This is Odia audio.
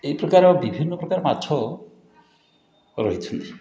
ଏହିପ୍ରକାର ବିଭିନ୍ନପ୍ରକାର ମାଛ ରହିଛନ୍ତି